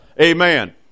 Amen